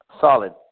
Solid